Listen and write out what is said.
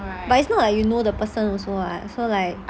but it's not like you know the person also [what] so like